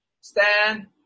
stand